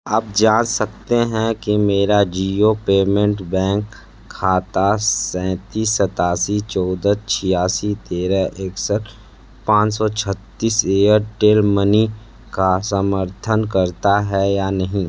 आप जाँच सकते है कि मेरा जिओ पेमेंट बैंक खाता सैंतीस सतासी चौदह छियासी तेरह इकसठ पाँच सौ छत्तीस एयरटेल मनी का समर्थन करता है या नहीं